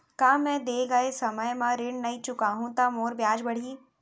का मैं दे गए समय म ऋण नई चुकाहूँ त मोर ब्याज बाड़ही?